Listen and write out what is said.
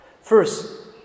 First